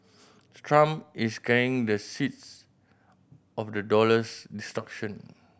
Trump is carrying the seeds of the dollar's destruction